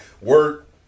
work